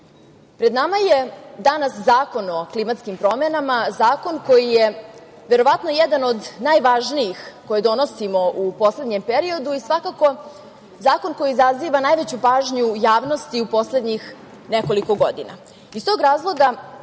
pred nama je danas Zakon o klimatskim promenama, zakon koji je verovatno jedan od najvažnijih koje donosimo u poslednjem periodu i svakako zakon koji izaziva najveću pažnju javnosti u poslednjih nekoliko godina. Iz tog razloga